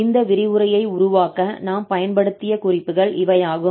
இந்த விரிவுரையை உருவாக்க நாம் பயன்படுத்திய குறிப்புகள் இவையாகும்